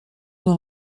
n’en